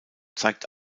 zeigt